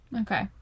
Okay